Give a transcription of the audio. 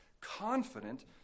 confident